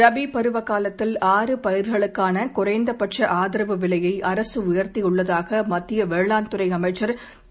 ரபீ பருவ காலத்தில் ஆறு பயிர்களுக்கான குறைந்த பட்ச ஆதரவு விலையை அரசு உயர்த்தியுள்ளதாக மத்திய வேளாண் துறை அமைச்சர் திரு